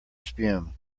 spume